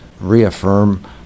reaffirm